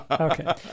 okay